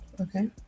Okay